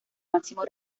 máximo